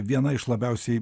viena iš labiausiai